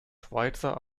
schweizer